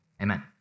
amen